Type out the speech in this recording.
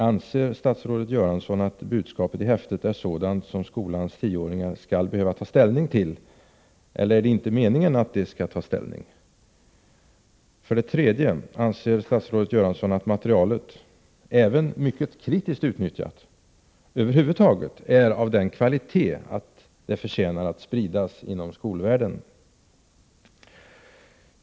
Anser statsrådet Göransson att budskapet i häftet är sådant som skolans tioåringar skall behöva ta ställning till, eller är det inte meningen att de skall ta ställning? 3. Anserstatsrådet Göransson att materialet — även mycket kritiskt utnyttjat — över huvud taget är av sådan kvalitet att det förtjänar att spridas inom skolvärlden?